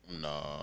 No